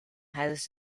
has